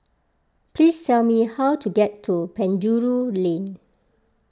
please tell me how to get to Penjuru Lane